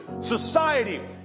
society